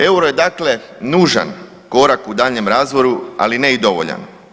Euro je dakle nužan korak u daljnjem razvoju, ali ne i dovoljan.